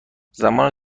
زمان